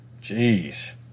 Jeez